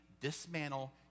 dismantle